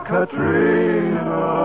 Katrina